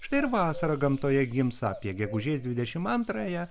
štai ir vasara gamtoje gims apie gegužės dvidešimt antrąją